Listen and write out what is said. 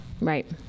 Right